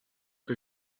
que